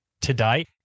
today